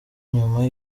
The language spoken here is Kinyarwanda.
nyuma